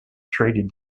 treated